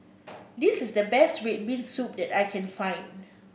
this is the best red bean soup that I can find